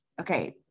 okay